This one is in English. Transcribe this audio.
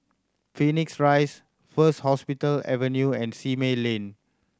Phoenix Rise First Hospital Avenue and Simei Lane